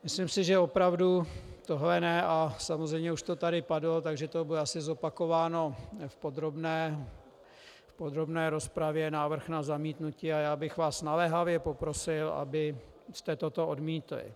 Myslím si, že opravdu tohle ne, a samozřejmě už to tady padlo, takže to bude asi zopakováno v podrobné rozpravě, návrh na zamítnutí, a já bych vás naléhavě poprosil, abyste toto odmítli.